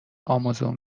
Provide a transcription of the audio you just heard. امازون